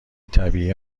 طبیعی